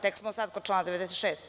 Tek smo sada kod člana 96.